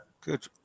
good